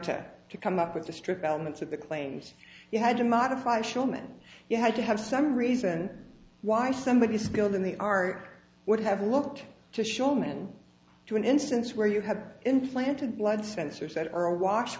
s to come up with the stripped elements of the claims you had to modify shillman you had to have some reason why somebody skilled in the r would have looked to show man to an instance where you had implanted blood sensors that are awash